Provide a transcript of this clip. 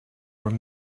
were